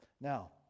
Now